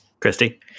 Christy